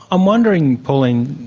i'm wondering, pauline,